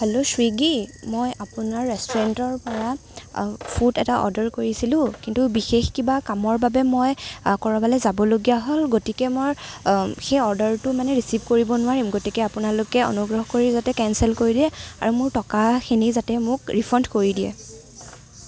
hello Swiggy মই আপোনাৰ ৰেষ্টুৰেণ্টৰ পৰা ফুড এটা অৰ্ডাৰ কৰিছিলোঁ কিন্তু বিশেষ কিবা কামৰ বাবে মই ক'ৰবালৈ যাবলগীয়া হ'ল গতিকে মই সেই অৰ্ডাৰটো মানে ৰিচিভ কৰিব নোৱাৰিম গতিকে আপোনালোকে অনুগ্ৰহ কৰি যাতে কেনচেল কৰি দিয়ে আৰু মোৰ টকাখিনি যাতে মোক ৰিফাণ্ড কৰি দিয়ে